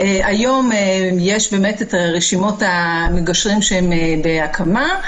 היום יש את רשימות המגשרים שהן בהקמה,